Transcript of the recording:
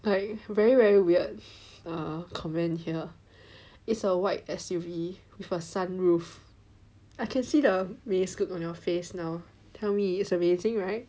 very very weird err comment here it's a white S_U_V with a sunroof I can see the amazed look on your face now tell me it's amazing right